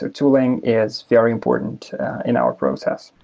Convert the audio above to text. tooling is very important in our process.